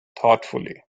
thoughtfully